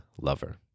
lover